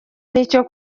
nicyo